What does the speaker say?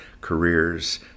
careers